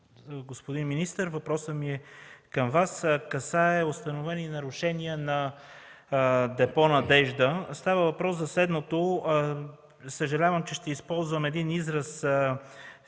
Господин министър, въпросът ми към Вас касае установени нарушения в депо „Надежда”. Става въпрос за следното – съжалявам, че ще използвам един израз